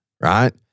right